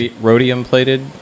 rhodium-plated